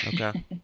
Okay